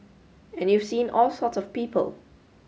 and you've seen all sorts of people